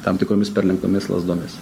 tam tikromis perlenktomis lazdomis